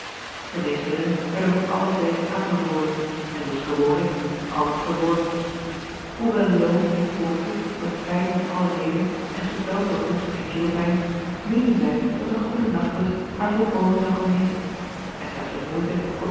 geneesmiddelen werden van alle zijden aanbevolen en zooals gewoonlijk alle verworpen hoewel loom en koortsig met pijn in alle leden en gekweld door hoest en keelpijn meende zij dat een goede nachtrust haar volkomen zou genezen en slechts met moeite